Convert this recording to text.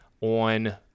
on